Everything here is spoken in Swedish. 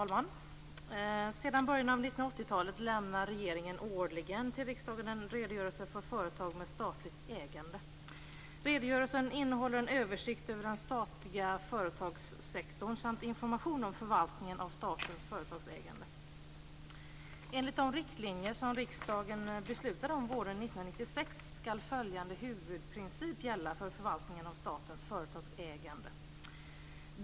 Fru talman! Sedan början av 1980-talet lämnar regeringen årligen till riksdagen en redogörelse för företag med statligt ägande. Redogörelsen innehåller en översikt över den statliga företagssektorn samt information om förvaltningen av statens företagsägande. Enligt de riktlinjer som riksdagen beslutade om våren 1996 skall följande huvudprincip gälla för förvaltningen av statens företagsägande.